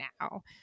now